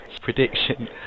prediction